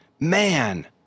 Man